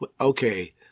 Okay